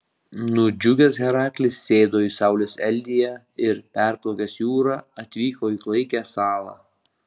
nudžiugęs heraklis sėdo į saulės eldiją ir perplaukęs jūrą atvyko į klaikią salą